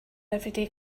everyday